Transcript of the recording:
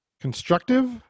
constructive